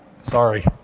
Sorry